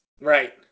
Right